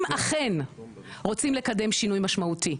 אם אכן רוצים לקדם שינוי משמעותי,